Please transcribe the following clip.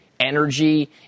Energy